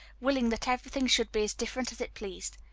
willing that everything should be as different as it pleased,